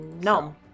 No